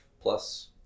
plus